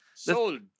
Sold